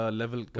level